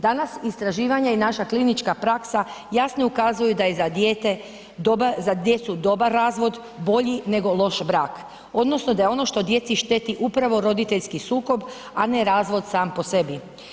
Danas istraživanja i naša klinička praksa jasno ukazuju da je za djecu dobar razvod, bolji nego loš brak, odnosno da je ono što djeci šteti upravo roditeljski sukob a ne razvod sam po sebi.